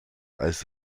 als